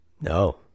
No